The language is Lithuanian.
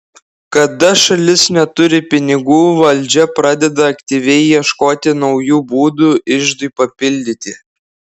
kada šalis neturi pinigų valdžia pradeda aktyviai ieškoti naujų būdų iždui papildyti